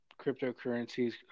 cryptocurrencies